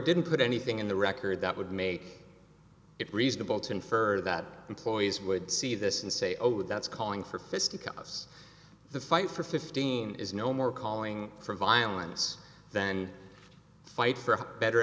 didn't put anything in the record that would make it's reasonable to infer that employees would see this and say oh that's calling for fisticuffs the fight for fifteen is no more calling for violence then fight for a better